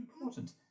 important